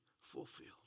fulfilled